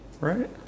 Right